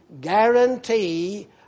guarantee